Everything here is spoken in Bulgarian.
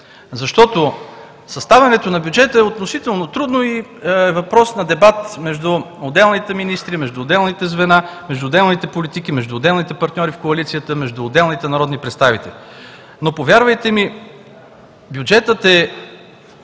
Съставянето на бюджета е относително трудно и е въпрос на дебат между отделните министри, между отделните звена, между отделните политики, между отделните партньори в коалицията, между отделните народни представители. Но, повярвайте ми, бюджетът е…